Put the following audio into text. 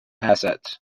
assets